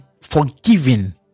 forgiven